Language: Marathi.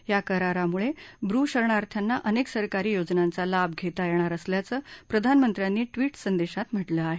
या करारांमुळे ब्रु शरणार्थ्याना अनेक सरकारी योजनांचा लाभ घेता येणार असल्याचं प्रधानमंत्र्यांनी ट्विट संदेशात म्हटलं आहे